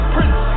Prince